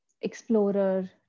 explorer